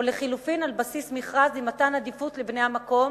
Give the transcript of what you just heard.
או לחלופין על בסיס מכרז עם מתן עדיפות לבני המקום,